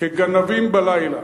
כגנבים בלילה.